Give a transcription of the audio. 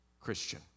Christian